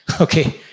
Okay